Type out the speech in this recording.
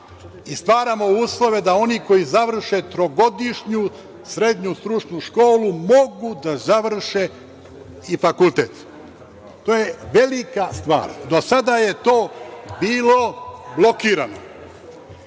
i stvaramo uslove da oni koji završe trogodišnju srednju stručnu školu mogu da završe i fakultet. To je velika stvar. Do sada je to bilo blokirano. Ja